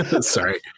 sorry